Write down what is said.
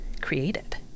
created